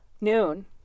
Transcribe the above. noon